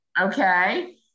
Okay